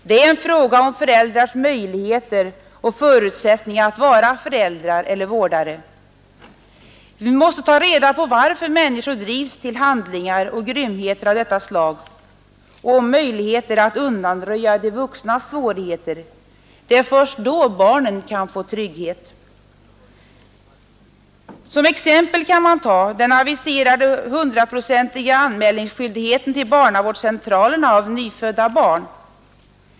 Det är en fråga om människors möjligheter och förutsättningar att vara föräldrar eller vårdare. Vi måste ta reda på varför människor drivs till handlingar och grymheter av detta slag och vi måste ha möjligheter att undanröja de vuxnas svårigheter. Det är först då barnen kan få trygghet. Som exempel kan man ta den aviserade hundraprocentiga anmälningsskyldigheten till barnavårdscentralerna av nyfödda barn.